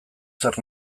zer